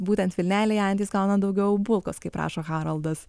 būtent vilnelėje antys gauna daugiau bulkos kaip rašo haroldas